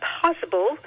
possible